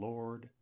Lord